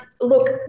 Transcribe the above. Look